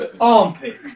armpit